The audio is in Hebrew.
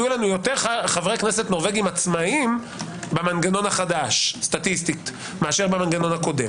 יהיו לנו יותר חברי כנסת נורבגיים עצמאיים במנגנון החדש מאשר בקודם.